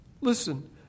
Listen